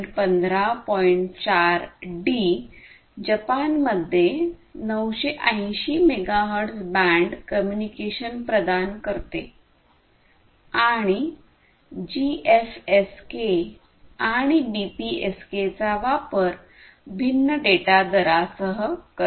4 D जपानमध्ये 980 megahertz band communication प्रदान करते आणि जीएफएसके आणि बीपीएसकेचा वापर भिन्न डेटा दरासह करते